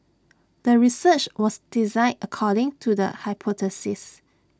the research was designed according to the hypothesis